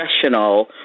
professional